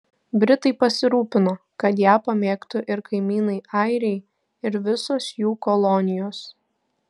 britai pasirūpino kad ją pamėgtų ir kaimynai airiai ir visos jų kolonijos